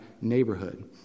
neighborhood